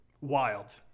Wild